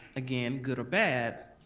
again good or bad,